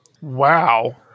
Wow